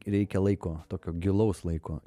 reikia laiko tokio gilaus laiko